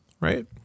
right